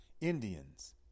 Indians